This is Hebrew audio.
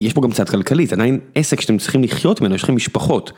יש פה גם צד כלכלי, זה עדיין עסק שאתם צריכים לחיות ממנו, יש לכם משפחות.